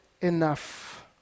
enough